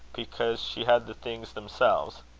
because she had the things themselves.